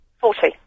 Forty